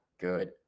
good